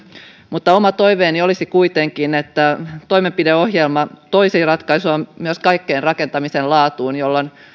mutta oma toiveeni olisi kuitenkin että toimenpideohjelma toisi ratkaisun myös kaikkeen rakentamisen laatuun jolloin